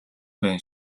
байна